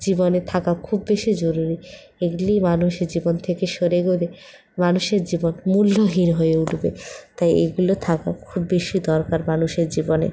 জীবনে থাকা খুব বেশি জরুরি এগুলি মানুষের জীবন থেকে সরে গেলে মানুষের জীবন মূল্যহীন হয়ে উঠবে তাই এগুলো থাকা খুব বেশি দরকার মানুষের জীবনে